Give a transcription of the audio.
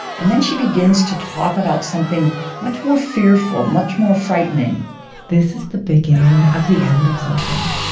and then she begins to talk about something much more fearful, much more frightening this is the beginning of the end of something.